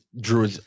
drew